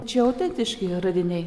čia autentiški radiniai